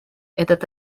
этот